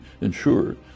ensure